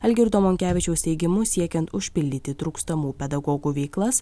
algirdo monkevičiaus teigimu siekiant užpildyti trūkstamų pedagogų veiklas